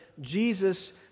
Jesus